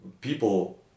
people